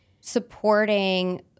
supporting